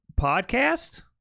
podcast